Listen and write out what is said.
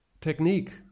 technique